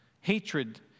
Hatred